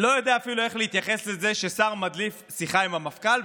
לא יודע אפילו איך להתייחס לזה ששר מדליף שיחה עם המפכ"ל.